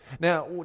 Now